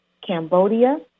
Cambodia